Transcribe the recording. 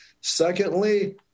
Secondly